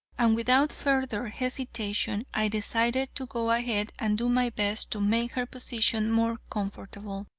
and without further hesitation i decided to go ahead and do my best to make her position more comfortable.